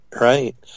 right